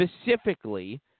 Specifically